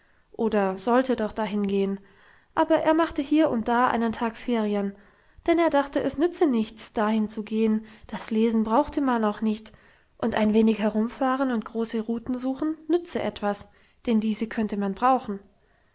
oder sollte doch dahin gehen aber er machte hier und da einen tag ferien denn er dachte es nütze nichts dahin zu gehen das lesen brauche man auch nicht und ein wenig herumfahren und große ruten suchen nütze etwas denn diese könne man brauchen